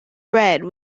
red